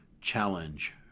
challenge